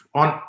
on